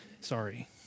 sorry